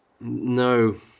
No